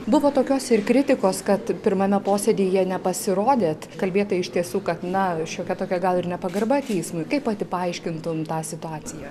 buvo tokios ir kritikos kad pirmame posėdyje nepasirodėt kalbėta iš tiesų kad na šiokia tokia gal ir nepagarba teismui kaip pati paaiškintum tą situaciją